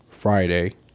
Friday